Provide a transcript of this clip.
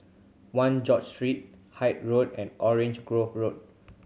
One George Street Hythe Road and Orange Grove Road